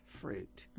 fruit